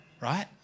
right